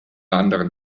anderen